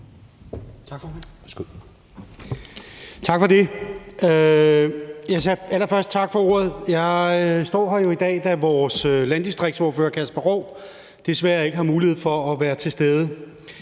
Tak for det, og allerførst tak for ordet. Jeg står her i dag, da vores landdistriktsordfører, Kasper Roug, desværre ikke har mulighed for at være til stede,